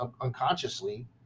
unconsciously